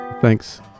Thanks